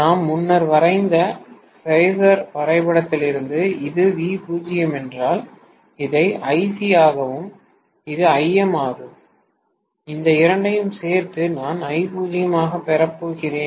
நாம் முன்னர் வரைந்த ஃபாசர் வரைபடத்திலிருந்து இது V0 என்றால் இதை Ic ஆகவும் இது Im ஆகவும் இந்த இரண்டையும் சேர்த்து நான் I0 ஆகப் பெறப் போகிறேன்